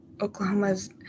Oklahoma's